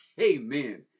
Amen